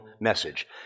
message